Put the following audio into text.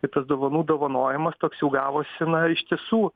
ir tas dovanų dovanojimas toks jau gavosi na iš tiesų